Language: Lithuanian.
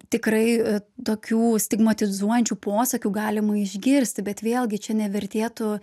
tikrai tokių stigmatizuojančių posakių galima išgirsti bet vėlgi čia nevertėtų